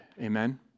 Amen